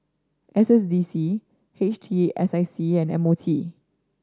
S S D C H T S I C and M O T